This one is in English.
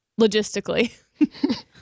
logistically